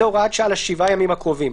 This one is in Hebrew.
זאת הוראת שעה לשבעת הימים הקרובים.